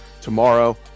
tomorrow